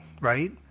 right